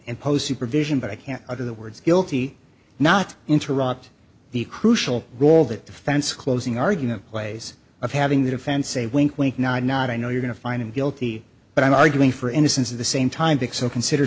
impose supervision but i can't utter the words guilty or not interrupt the crucial role that defense closing argument plays of having the defense a wink wink nod nod i know you're going to find him guilty but i'm arguing for innocence of the same time because so consider